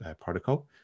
protocol